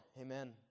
Amen